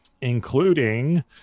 including